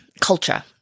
culture